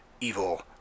evil